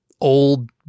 old